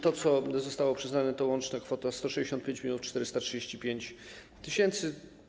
To, co zostało przyznane, to łączna kwota 165 435 tys.